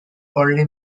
only